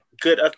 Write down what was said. good